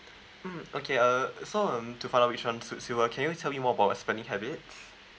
mm okay uh so um to find out which one suits you uh can you tell me more about your spending habits